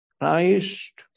Christ